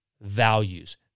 values